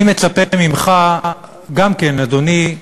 אני מצפה ממך גם כן, אדוני,